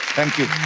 thank you.